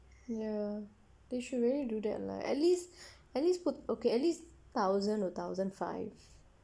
ya they should really do that lah at least at least put okay at least thousand or thousand five